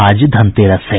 आज धनतेरस है